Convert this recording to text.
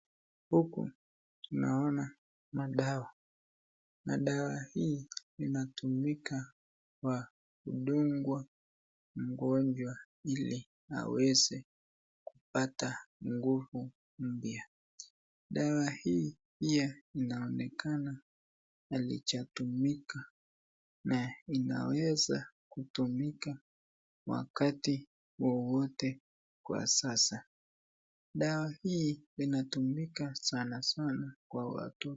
Huku naona madawa na dawa hii inatumika kwa kudungwa mgonjwa ili aweze kupata nguvu mpya, dawa hii pia inaonekana haijatumika na inaweza kutumika wakati wowote kwa sasa. Dawa hii inatumika sanasana kwa watoto.